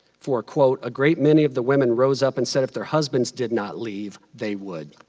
for, quote, a great many of the women rose up and said if their husbands did not leave, they would.